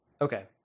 Okay